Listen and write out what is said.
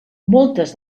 moltes